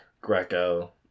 Greco